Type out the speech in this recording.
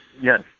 Yes